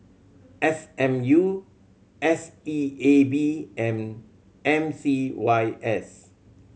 S M U S E A B and M C Y S